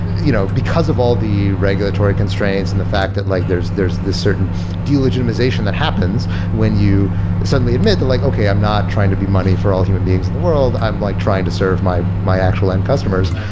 you know because of all the regulatory constraints and the fact that like there's there's this certain de-legitimization that happens when you suddenly admit that like, okay, i'm not trying to be money for all human beings in the world. i'm like trying to serve my my actual end customers.